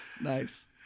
Nice